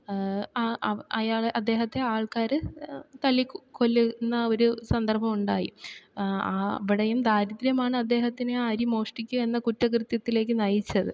ആ അയാളെ അദ്ദേഹത്തെ ആൾക്കാർ തല്ലി കൊല്ലുന്ന ഒരു സന്ദർഭം ഉണ്ടായി ആ അവിടെയും ദാരിദ്ര്യമാണ് അദ്ദേഹത്തിനെ അരി മോഷ്ടിക്കുക എന്ന കുറ്റകൃത്യത്തിലേക്ക് നയിച്ചത്